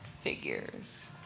figures